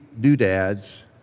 doodads